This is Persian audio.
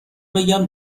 بگم